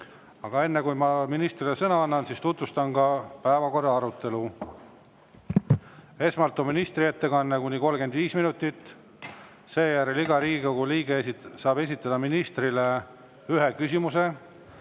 Aga enne kui ma ministrile sõna annan, tutvustan ka päevakorra[punkti] arutelu [korda]. Esmalt on ministri ettekanne kuni 35 minutit. Seejärel saab iga Riigikogu liige esitada ministrile ühe küsimuse.